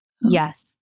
yes